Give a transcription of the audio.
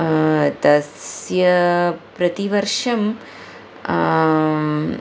तस्य प्रतिवर्षं